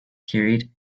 carried